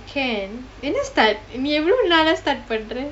can என்ன:enna start நீ எவ்ளோ நாளா:nee evalo naalaa start பண்றே:pandrae